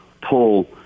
pull